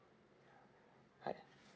ha ya